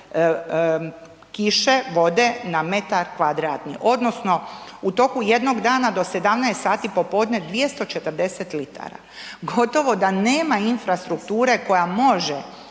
kiše, vode, na metar kvadratni, odnosno u toku jednog dana do 17 h popodne 240 litara. Gotovo da nema infrastrukture koja može